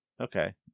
Okay